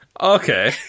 Okay